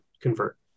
convert